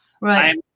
Right